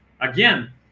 again